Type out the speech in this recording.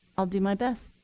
i'll do my best.